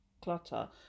Clutter